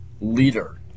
leader